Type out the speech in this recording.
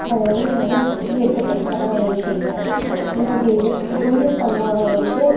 அத வந்து யாரும் இப்போதைக்கு எடுத்து படிக்கறாங்களா என்னனு தெரியாது ஆனால் அப்படி உண்மை சம்பவங்களை வந்து